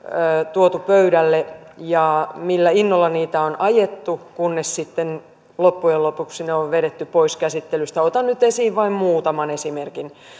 tuotu pöydälle ja millä innolla niitä on ajettu kunnes sitten loppujen lopuksi ne on vedetty pois käsittelystä otan nyt esiin vain muutaman esimerkin